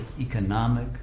economic